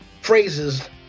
phrases